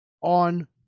on